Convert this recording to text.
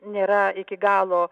nėra iki galo